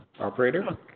Operator